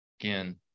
Again